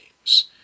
games